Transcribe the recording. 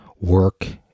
work